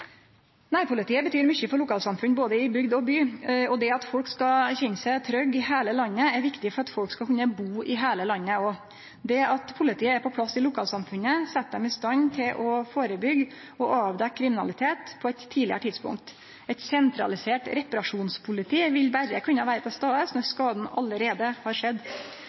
Nærpolitiet betyr mykje for lokalsamfunn, både i bygd og by. Det at folk skal kjenne seg trygge i heile landet, er viktig for at folk skal kunne bu i heile landet. Det at politiet er på plass i lokalsamfunnet, set dei i stand til å førebyggje og avdekkje kriminalitet på eit tidlegare tidspunkt. Eit sentralisert «reparasjonspoliti» vil berre kunne vere til stades når skaden alt har skjedd.